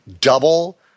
double